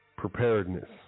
preparedness